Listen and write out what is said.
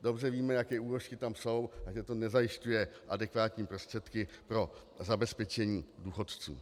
Dobře víme, jaké úložky tam jsou a že to nezajišťuje adekvátní prostředky pro zabezpečení důchodců.